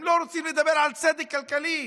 הם לא רוצים לדבר על צדק כלכלי,